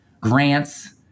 grants